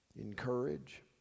encourage